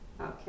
Okay